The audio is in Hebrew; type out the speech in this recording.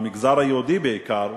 במגזר היהודי בעיקר,